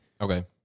Okay